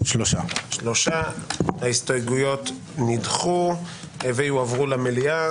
הצבעה בעד אין נגד - 3 ההסתייגויות נדחו ויועברו למליאה.